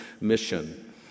mission